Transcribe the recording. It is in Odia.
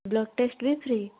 ବ୍ଲଡ଼୍ ଟେଷ୍ଟ୍ ବି ଫ୍ରି